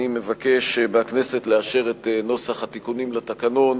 אני מבקש מהכנסת לאשר את נוסח התיקונים לתקנון,